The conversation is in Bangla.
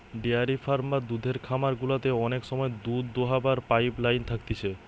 ডেয়ারি ফার্ম বা দুধের খামার গুলাতে অনেক সময় দুধ দোহাবার পাইপ লাইন থাকতিছে